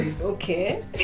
Okay